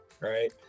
right